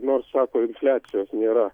nors sako infliacijos nėra